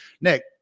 Nick